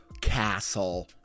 castle